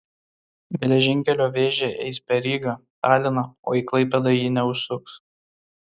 geležinkelio vėžė eis per ryga taliną o į klaipėdą ji neužsuks